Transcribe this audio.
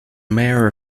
mayor